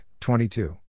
22